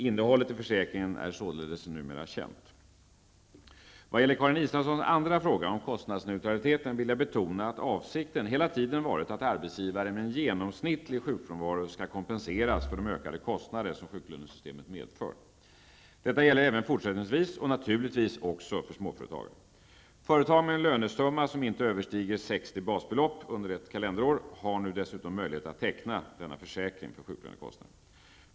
Innehållet i försäkringen är således numera känt. Vad gäller Karin Israelssons andra fråga om kostnadsneutraliteten vill jag betona att avsikten hela tiden varit att arbetsgivare med en genomsnittlig sjukfrånvaro skall kompenseras för de ökade kostnader som sjuklönesystemet medför. Detta gäller även fortsättningsvis och naturligtvis också för småföretagarna. Företag med en lönesumma som inte överstiger 60 basbelopp under ett kalenderår har nu dessutom möjlighet att teckna denna försäkring för sjuklönekostnader.